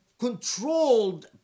controlled